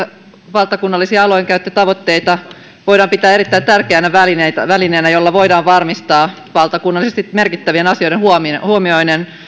valtakunnallisia alueidenkäyttötavoitteita voidaan pitää erittäin tärkeänä välineenä jolla voidaan varmistaa valtakunnallisesti merkittävien asioiden huomioiminen